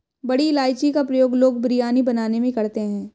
बड़ी इलायची का प्रयोग लोग बिरयानी बनाने में करते हैं